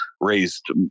raised